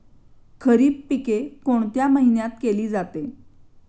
खरीप पिके कोणत्या महिन्यात केली जाते?